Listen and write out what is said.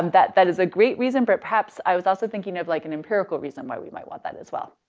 that that is a great reason. but perhaps, i was also thinking of like an empirical reason why we might want that as well.